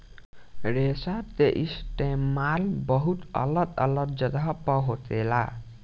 रेशा के इस्तेमाल बहुत अलग अलग जगह पर होखेला